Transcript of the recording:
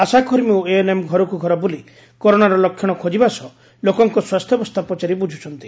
ଆଶାକର୍ମୀ ଓ ଏଏନ୍ଏମ୍ ଘରକୁଘର ବୁଲି କରୋନାର ଲକ୍ଷଣ ଖୋଜିବା ସହ ଲୋକଙ୍କ ସ୍ୱାସ୍ଥ୍ୟାବସ୍ଥା ପଚାରି ବୁଝୁଛନ୍ତି